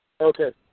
Okay